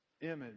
image